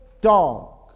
dog